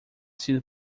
sido